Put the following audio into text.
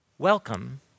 welcome